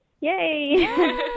yay